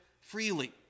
freely